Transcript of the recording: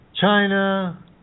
China